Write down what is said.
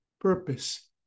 Purpose